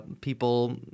People